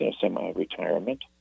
semi-retirement